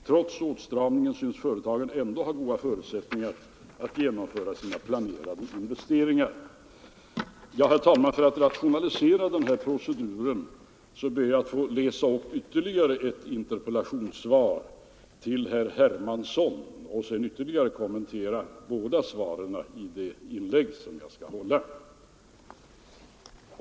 Trots åtstramningen synes företagen ändå ha goda förutsättningar att genomföra sina planerade investeringar. Herr talman! För att rationalisera den här proceduren ber jag att få läsa upp också ett interpellationssvar till herr Hermansson och sedan kommentera båda svaren i det inlägg som jag skall hålla.